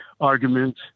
argument